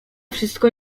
wszystko